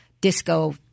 disco